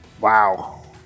Wow